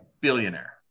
billionaire